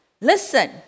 listen